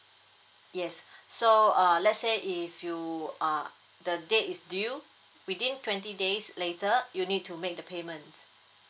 yes so uh let's say if you uh the date is due within twenty days later you need to make the payment